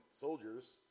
soldiers